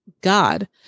God